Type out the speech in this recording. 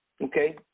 Okay